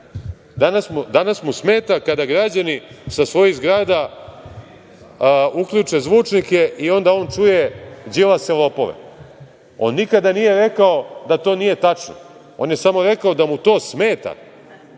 Danas mu smeta kada građani sa svojih zgrada uključe zvučnike i onda on čuje – Đilase, lopove. On nikada nije rekao da to nije tačno, on je samo rekao da mu to smeta. Smeta